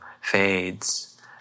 fades